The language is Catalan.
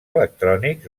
electrònics